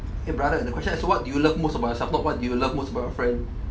eh brother the question ask what do you love most about yourself not what you love most about your friend